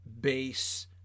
base